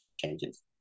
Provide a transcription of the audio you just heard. changes